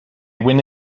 went